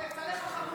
יצא לך חרוז.